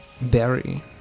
Barry